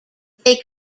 they